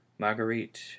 Marguerite